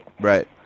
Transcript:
Right